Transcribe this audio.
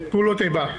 את פעולות האיבה?